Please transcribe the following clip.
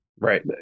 Right